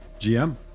GM